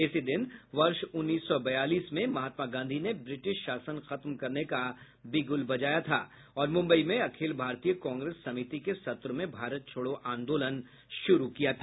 इसी दिन वर्ष उन्नीस सौ बयालीस में महात्मा गांधी ने ब्रिटिश शासन खत्म करने का बिगुल बजाया था और मुंबई में अखिल भारतीय कांग्रेस समिति के सत्र में भारत छोड़ो आंदोलन शुरू किया था